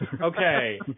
Okay